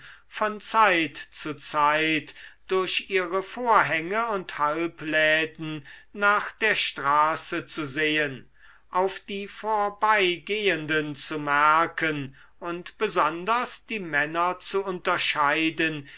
von zeit zu zeit durch ihre vorhänge und halbläden nach der straße zu sehen auf die vorbeigehenden zu merken und besonders die männer zu unterscheiden